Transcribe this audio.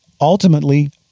Ultimately